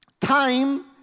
Time